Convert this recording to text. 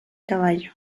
caballo